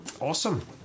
Awesome